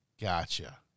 Gotcha